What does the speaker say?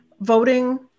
voting